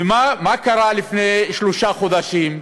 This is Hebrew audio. ומה קרה לפני שלושה חודשים?